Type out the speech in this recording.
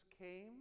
came